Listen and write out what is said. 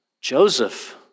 Joseph